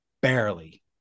barely